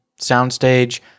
Soundstage